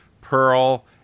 Pearl